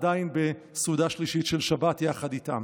עדיין בסעודה שלישית של שבת יחד איתם.